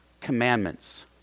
Commandments